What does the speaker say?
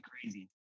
crazy